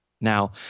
now